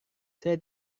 saya